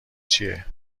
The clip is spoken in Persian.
چیه